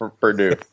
Purdue